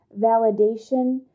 validation